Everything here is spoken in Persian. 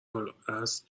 الاصل